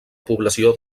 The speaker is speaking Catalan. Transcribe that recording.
població